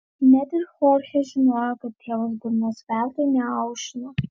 net ir chorchė žinojo kad tėvas burnos veltui neaušina